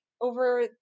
over